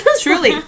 truly